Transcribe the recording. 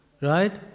Right